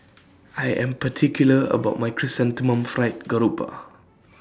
I Am particular about My Chrysanthemum Fried Garoupa